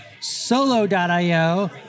Solo.io